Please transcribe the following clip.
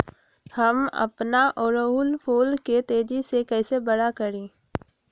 हम अपना ओरहूल फूल के तेजी से कई से बड़ा करी?